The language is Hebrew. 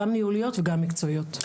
גם ניהוליות וגם מקצועיות.